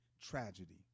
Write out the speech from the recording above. tragedy